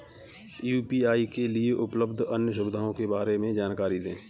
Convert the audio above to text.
UPI के लिए उपलब्ध अन्य सुविधाओं के बारे में जानकारी दें?